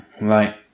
Right